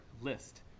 List